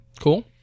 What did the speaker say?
Cool